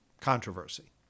controversy